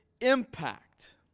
impact